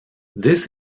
this